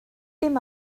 dim